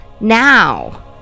now